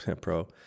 pro